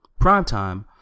Primetime